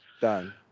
done